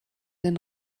den